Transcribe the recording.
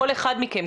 כל אחד מכם,